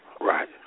Right